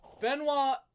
Benoit